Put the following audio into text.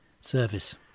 service